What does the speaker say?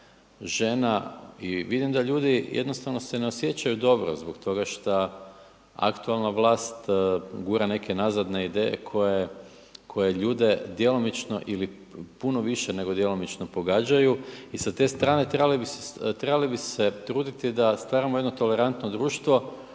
žena i vidim da ljudi jednostavno se ne osjećaju dobro zbog toga šta aktualna vlast gura neke nazadne ideje koje ljude djelomično ili puno više nego djelomično pogađaju. I sa te strane trebali bi se truditi da stvaramo jedno tolerantno društvo